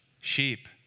sheep